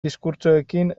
diskurtsoekin